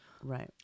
Right